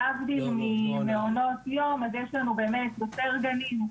להבדיל ממעונות יום, אז יש לנו באמת יותר גנים.